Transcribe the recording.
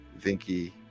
Vinky